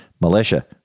militia